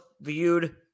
viewed